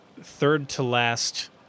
third-to-last